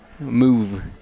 Move